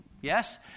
Yes